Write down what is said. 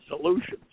solutions